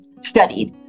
studied